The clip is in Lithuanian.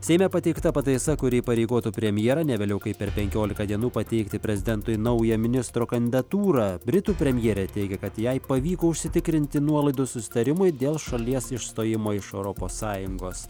seime pateikta pataisa kuri įpareigotų premjerą ne vėliau kaip per penkiolika dienų pateikti prezidentui naują ministro kandidatūrą britų premjerė teigia kad jai pavyko užsitikrinti nuolaidų susitarimui dėl šalies išstojimo iš europos sąjungos